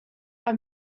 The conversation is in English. are